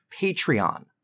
Patreon